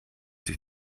sich